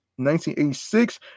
1986